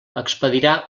expedirà